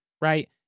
right